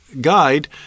guide